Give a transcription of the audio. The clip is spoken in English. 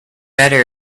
better